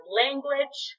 language